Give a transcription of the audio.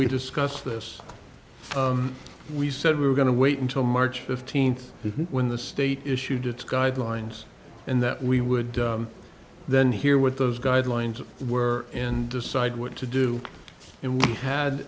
we discussed this we said we were going to wait until march fifteenth when the state issued its guidelines and that we would then hear what those guidelines were in decide what to do and we had